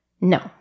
No